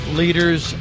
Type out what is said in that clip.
leaders